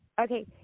Okay